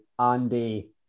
Andy